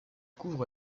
couvre